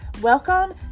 Welcome